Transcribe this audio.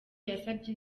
yasabye